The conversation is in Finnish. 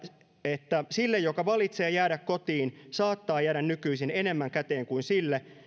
että sille joka valitsee jäädä kotiin saattaa jäädä nykyisin enemmän käteen kuin sille